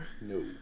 No